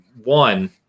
one